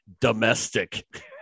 domestic